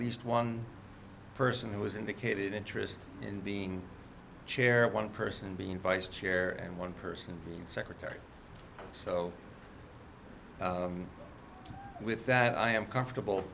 least one person who has indicated interest in being chair one person being vice chair and one person being secretary so with that i am comfortable